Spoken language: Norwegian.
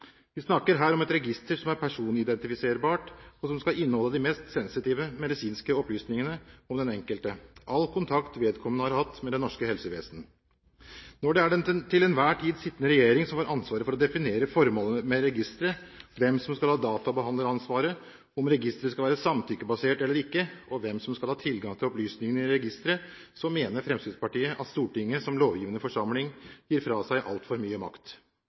Vi snakker her om et register som er personidentifiserbart, og som skal inneholde de mest sensitive medisinske opplysningene om den enkelte, all kontakt vedkommende har hatt med det norske helsevesen. Når det er den til enhver tid sittende regjering som får ansvaret for å definere formålet med registeret, hvem som skal ha databehandleransvaret, om registeret skal være samtykkebasert eller ikke og hvem som skal ha tilgang til opplysningene i registeret, mener Fremskrittspartiet at Stortinget som lovgivende forsamling gir fra seg altfor mye makt